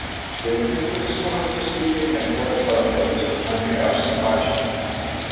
vidutiniškai besimokantys vaikai neeikvoja savo energijos pačiam geriausiam pažymiui